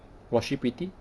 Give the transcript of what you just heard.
was she pretty